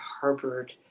harbored